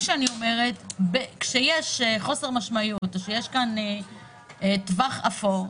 כשיש כאן תווך אפור,